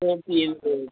சரி சரி இருக்குது